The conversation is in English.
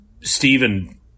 Stephen